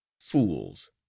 fools